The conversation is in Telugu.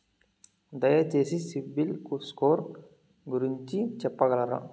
దయచేసి సిబిల్ స్కోర్ గురించి చెప్పగలరా?